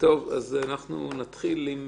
אז אנחנו נתחיל עם